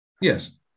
Yes